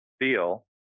deal